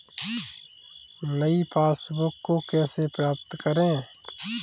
नई पासबुक को कैसे प्राप्त करें?